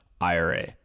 IRA